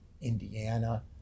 Indiana